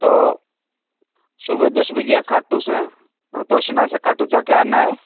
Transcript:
तो सुबह दस बजे यहाँ खाटू से तोशना से खाटू जा के आना है